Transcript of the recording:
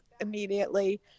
immediately